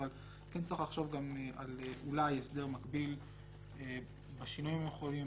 אבל כן צריך לחשוב גם אולי על הסדר מקביל בשינויים המחויבים,